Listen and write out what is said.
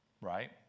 right